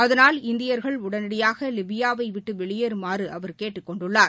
அதனால் இந்தியர்கள் உடனடியாக லிபியாவைவிட்டு வெளியேறுமாறு அவர் கேட்டுக் கொண்டுள்ளார்